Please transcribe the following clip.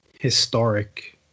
historic